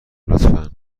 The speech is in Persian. لطفا